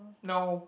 no